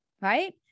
right